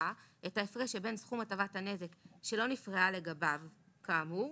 את ההפרש שבין סכום הטבת הנזק שלא נפרעה לגביו כאמור